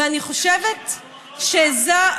ואני חושבת, יש בינינו מחלוקת.